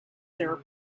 their